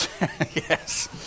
yes